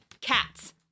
cats